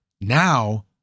now